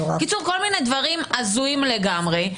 בקיצור, כל מיני דברים הזויים לגמרי.